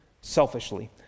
selfishly